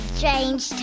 Strange